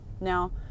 Now